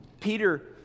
Peter